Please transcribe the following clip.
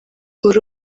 buri